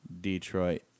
Detroit